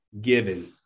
Given